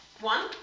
one